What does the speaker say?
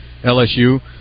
LSU